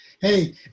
Hey